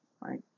right